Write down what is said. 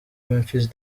memphis